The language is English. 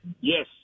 Yes